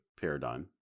Paradigm